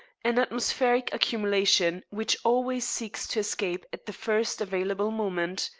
an atmospheric accumulation which always seeks to escape at the first available moment.